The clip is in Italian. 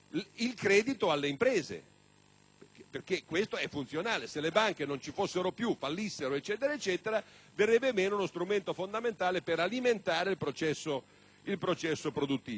perché questo è funzionale; se le banche non ci fossero più, se fallissero, verrebbe meno lo strumento fondamentale per alimentare il processo produttivo. Tuttavia,